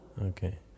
Okay